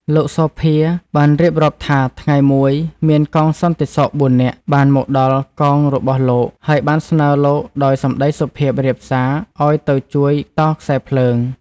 លោក សូភា បានរៀបរាប់ថា ថ្ងៃមួយ មានកងសន្តិសុខបួននាក់បានមកដល់កងរបស់លោក ហើយបានស្នើលោកដោយសម្តីសុភាពរាបសារឱ្យទៅជួយតខ្សែភ្លើង។